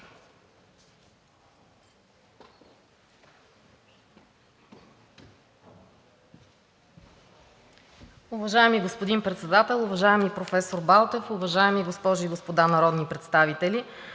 Уважаеми господин Председател, уважаеми професор Балтов, уважаеми дами и господа народни представители!